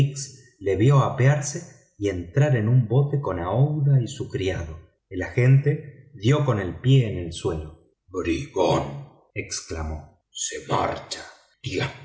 lo vio apearse y entrar en un bote con aouida y su criado el agente dio con el pie en el suelo bribón exclamó se marcha dos